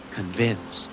Convince